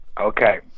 Okay